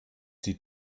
die